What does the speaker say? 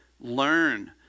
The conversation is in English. learn